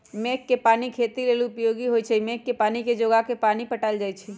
मेघ कें पानी खेती लेल उपयोगी होइ छइ मेघ के पानी के जोगा के पानि पटायल जाइ छइ